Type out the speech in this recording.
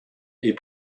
est